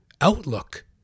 outlook